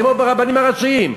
כמו אצל הרבנים הראשיים,